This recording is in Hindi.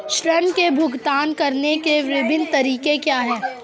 ऋृण के भुगतान करने के विभिन्न तरीके क्या हैं?